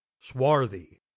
swarthy